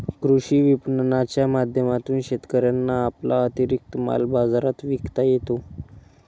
कृषी विपणनाच्या माध्यमातून शेतकऱ्यांना आपला अतिरिक्त माल बाजारात विकता येतो